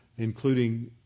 including